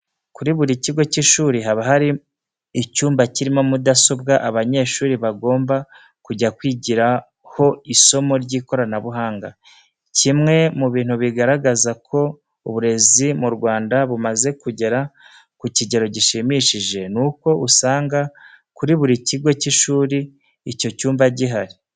Kuri buri kigo cy'ishuri haba hari icyumba kirimo mudasobwa abanyeshuri bagomba kujya kwigiraho isomo ry'ikoranabuhanga. Kimwe mu bintu bigaragaza ko uburezi bwo mu Rwanda bumaze kugera ku kigero gushimishije, ni uko usanga kuri buri kigo cy'ishuri icyo cyumba guhari.